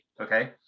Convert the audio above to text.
okay